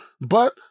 But-